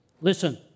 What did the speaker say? Listen